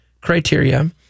criteria